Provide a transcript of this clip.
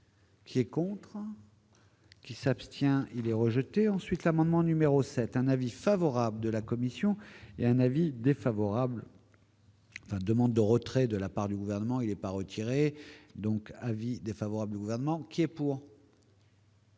J'ai contre. Qui s'abstient, il est rejeté ensuite l'amendement numéro 7, un avis favorable de la commission et un avis défavorable. Sa demande de retrait de la part du gouvernement, il n'est pas retiré, donc avis défavorable, gouvernements, qui est pour.